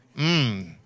Mmm